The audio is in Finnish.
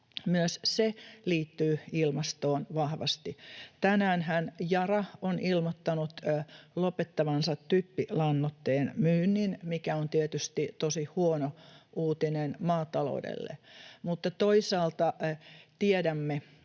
Myös se liittyy ilmastoon vahvasti. Tänäänhän Yara on ilmoittanut lopettavansa typpilannoitteen myynnin, mikä on tietysti tosi huono uutinen maataloudelle. Mutta toisaalta tiedämme,